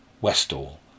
westall